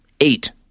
eight